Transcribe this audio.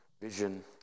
vision